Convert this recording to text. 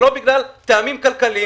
שלא בגלל טעמים כלכליים,